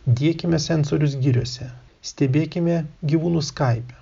diekime sensorius giriose stebėkime gyvūnus skaipe